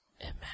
Amen